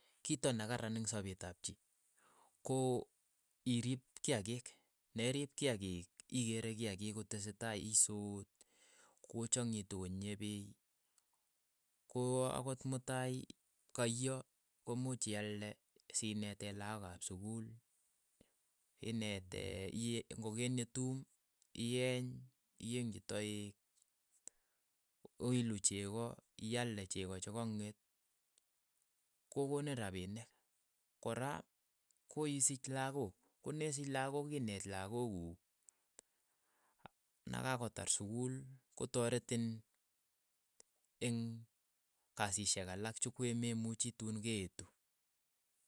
Kito ne kararan eng' sopeet ap chii, ko iriip kiakiik, ne riip kiakiik ikeere kiakiik ko tesetai isuut kochang'itu konyie piiy, ko akot mutai kaiyo ko muuch iaalde si netee lakok ap sukul, inetee iie ng'o ketinye tuum ieeny, ieng'chi toeek, oiilu cheko, iaalde cheko cha kang'et, ko koniin rapinik, kora koisich lakook, ko ne siich lakok ineet lakok kuuk, na ka kotar sukul kotaretin eng' kasishek alak cho kwe me muchi tuun ke eetu,